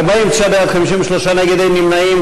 בעד ההסתייגות, 49, נגד, 53, אין נמנעים.